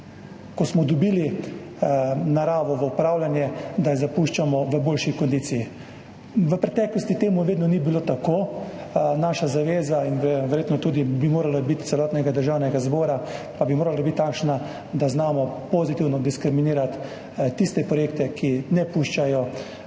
ker smo dobili naravo v upravljanje, da jo zapuščamo v boljši kondiciji. V preteklosti to ni bilo vedno tako, naša zaveza, verjetno bi morala biti tudi od celotnega Državnega zbora, pa bi morala biti takšna, da znamo pozitivno diskriminirati tiste projekte, ki ne puščajo